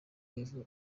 level